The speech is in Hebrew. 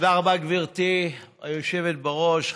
תודה רבה, גברתי היושבת בראש.